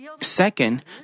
Second